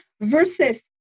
versus